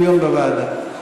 דיון בוועדה.